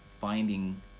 finding